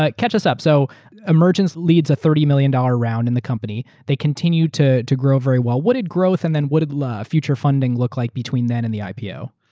like catch us up. so emergence leads a thirty million dollars round in the company, they continue to to grow very well. what did growth and then what did a future funding look like between then and the ipo?